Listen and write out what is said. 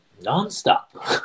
non-stop